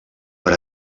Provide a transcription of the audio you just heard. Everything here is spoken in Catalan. per